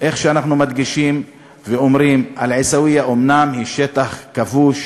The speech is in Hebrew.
אנחנו מדגישים ואומרים: אל-עיסאוויה היא אומנם שטח כבוש,